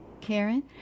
karen